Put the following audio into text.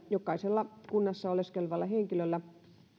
jokaisella kunnassa oleskelevalla henkilöllä